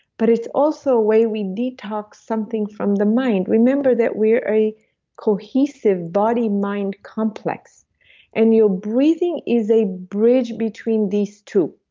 but it's also way we detox something from the mind. remember that we're a cohesive body, mind, complex and your breathing is a bridge between these two.